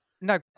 no